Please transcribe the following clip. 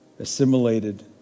assimilated